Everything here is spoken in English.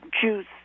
juice